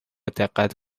دقت